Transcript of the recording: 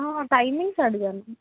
timings అడిగాను